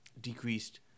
decreased